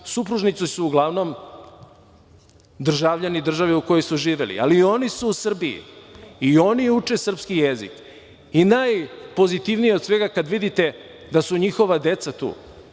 Supružnici su uglavnom državljani države u kojoj su živeli, ali i oni su Srbiji i oni uče srpski jezik. Najpozitivnije od svega je kada vidite da su njihova deca tu,